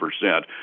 percent